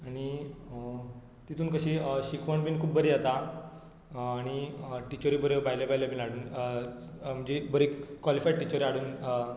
आनी तितून कशीं शिकवण बीन खूब बरी आता आनी टिचऱ्यो बऱ्यो भायल्यो भायल्यो बीन हाडून म्हणजे बरे कॉलिफायड टिचरी हाडून